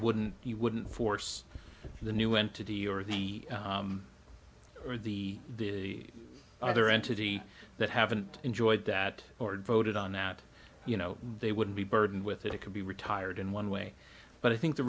wouldn't you wouldn't force the new entity or the or the other entity that haven't enjoyed that or voted on that you know they would be burdened with it it could be retired in one way but i think the